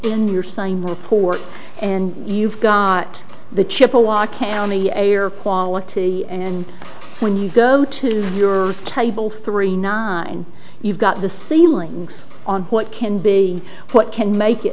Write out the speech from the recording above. in your sign report and you've got the chippewa can only a are quality and when you go to your cable three nine you've got the ceilings on what can be what can make it